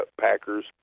packers